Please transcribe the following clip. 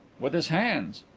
with his hands.